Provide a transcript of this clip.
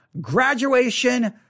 graduation